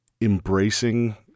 embracing